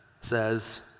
says